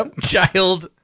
child